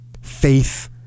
faith